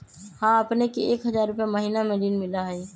हां अपने के एक हजार रु महीने में ऋण मिलहई?